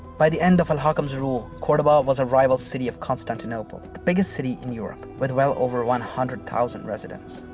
by the end of al-hakam's rule, cordoba was a rival city of constantinople, the biggest city in europe, with well over one hundred thousand residents.